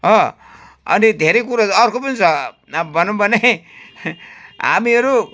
हो अनि धेरै कुरा छ अर्को पनि छ अब भनौँ भने हामीहरू